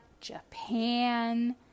Japan